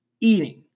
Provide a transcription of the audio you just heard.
eating